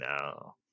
no